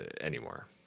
anymore